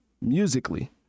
musically